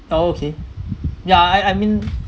okay yeah I I mean